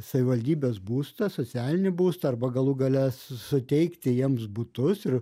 savivaldybės būstą socialinį būstą arba galų gale su suteikti jiems butus ir